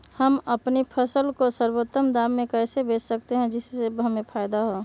हम अपनी फसल को सर्वोत्तम दाम में कैसे बेच सकते हैं जिससे हमें फायदा हो?